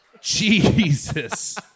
jesus